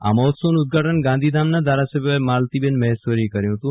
આ મહોત્સવનું ઉદઘાટન ગાંધીધામના ધારાસભ્ય માલતીબહેન મહેશ્વરીએ કર્યું હતું